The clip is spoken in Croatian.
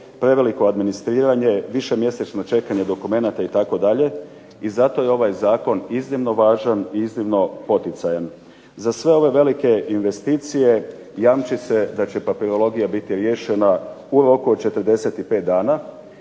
preveliko administriranje, višemjesečno čekanje dokumenata itd., i zato je ovaj zakon iznimno važan i iznimno poticajan. Za sve ove velike investicije jamči se da će papirologija biti riješena u roku od 45 dana